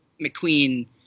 McQueen